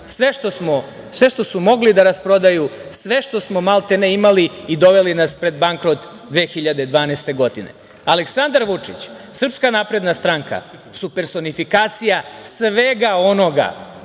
sve što su mogli da rasprodaju, sve što smo maltene imali i doveli nas pred bankrot 2012. godine. Aleksandar Vučić, Srpska napredna stranka su personifikacija svega onoga